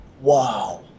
Wow